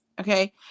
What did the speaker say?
Okay